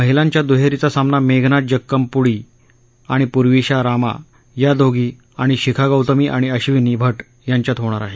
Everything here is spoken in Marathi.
महिलांच्या दुहेरीचा सामना मेघना जाक्कबमपुडी आणि पुर्विशा राम या दोघी आणि शिखा गौतमी आणि अक्षिनी भट यांच्यामध्ये होणार आहे